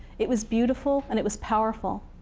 it was beautiful, and it was powerful,